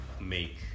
make